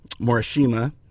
Morishima